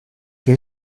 que